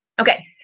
Okay